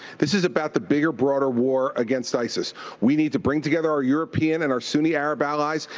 this is about the bigger, broader war against isis we need to bring together our european and our sunni arab allies,